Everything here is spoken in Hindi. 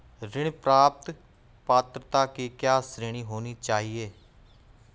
ऋण प्राप्त पात्रता की क्या श्रेणी होनी चाहिए?